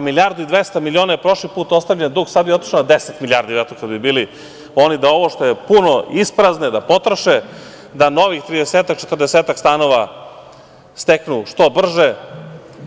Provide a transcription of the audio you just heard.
Milijardu i 200 miliona je prošli put ostavljen dug, sada bi otišao na deset milijardi kada bi oni bili, da ovo što je puno isprazne, da potroše, da novih 30, 40 stanova steknu što brže,